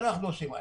אנחנו עושים ההפך.